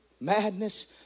Madness